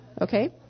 Okay